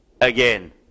again